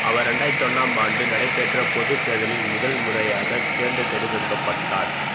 அவர் ரெண்டாயிரத்து ஒன்றாம் ஆண்டு நடைபெற்ற பொதுத் தேர்தலில் முதல் முறையாகத் தேர்ந்து தெடுகெடுக்கப்பட்டார்